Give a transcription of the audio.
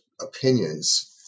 opinions